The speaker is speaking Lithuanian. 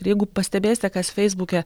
ir jeigu pastebėsite kas feisbuke